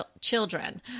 children